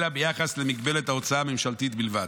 אלא ביחס למגבלת ההוצאה הממשלתית בלבד.